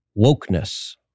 Wokeness